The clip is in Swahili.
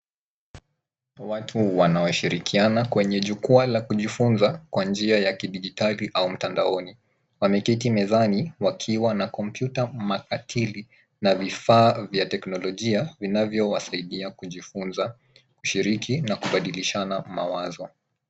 Watu wanaoshirikiana kwenye jukwaa la kujifunza kwa njia ya kidijitali au mtandaoni. Wameketi mezani wakiwa na kompyuta mpakatili na vifaa vya teknolojia vinavyowasaidi kujifunza, kushiriki na kubadilishana mawazo.